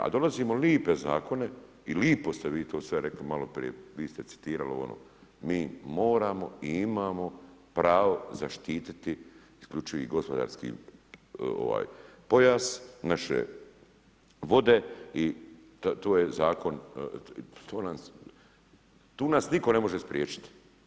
A donosimo lipe zakone i lipo ste vi to sve rekli maloprije, vi ste citirali ovo, ono, mi moramo i imamo pravo zaštiti isključivi gospodarski pojas, naše vode i to je zakon, tu nas nitko ne može spriječiti.